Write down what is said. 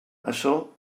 açò